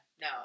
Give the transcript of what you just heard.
No